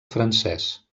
francès